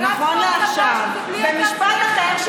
כל הדברים האלה מתרחשים נכון לעכשיו במשפט אחר,